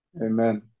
Amen